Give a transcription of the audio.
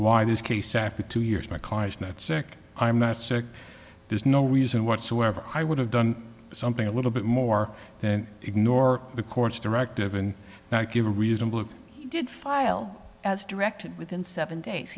why this case after two years my client's not sick i'm not sick there's no reason whatsoever i would have done something a little bit more and ignore the court's directive and not give a reasonable who did file as directed within seven days